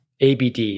ABD